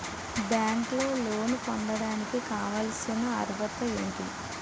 బ్యాంకులో లోన్ పొందడానికి కావాల్సిన అర్హత ఏంటి?